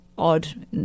odd